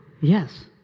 Yes